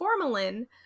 formalin